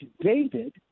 David